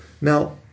Now